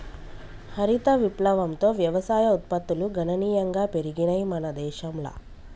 హరిత విప్లవంతో వ్యవసాయ ఉత్పత్తులు గణనీయంగా పెరిగినయ్ మన దేశంల